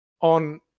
on